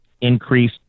increase